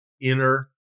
Inner